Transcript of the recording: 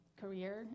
career